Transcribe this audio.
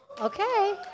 Okay